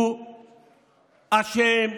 הוא אשם,